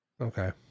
Okay